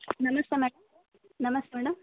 ನಮಸ್ತೆ ಮೇಡಮ್ ನಮಸ್ತೆ ಮೇಡಮ್